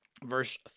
verse